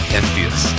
envious